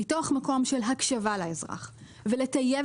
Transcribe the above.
מתוך מקום של הקשבה לאזרח והצורך לטייב